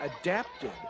adapted